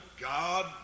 God